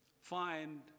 find